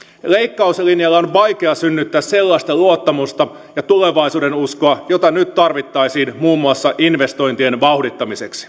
leikkauslinjalla on vaikea synnyttää sellaista luottamusta ja tulevaisuudenuskoa jota nyt tarvittaisiin muun muassa investointien vauhdittamiseksi